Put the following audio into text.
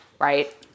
Right